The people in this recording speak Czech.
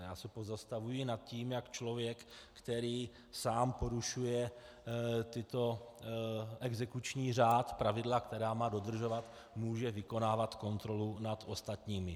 Já se pozastavuji nad tím, jak člověk, který sám porušuje exekuční řád, pravidla, která má dodržovat, může vykonávat kontrolu nad ostatními.